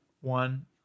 one